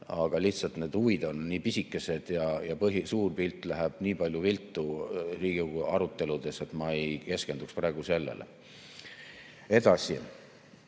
aga lihtsalt need huvid on nii pisikesed ja suur pilt läheb nii palju viltu Riigikogu aruteludes, et ma ei keskenduks praegu sellele. Edasi.